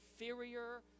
inferior